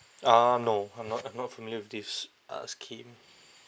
uh no I'm not I'm not familiar with this uh scheme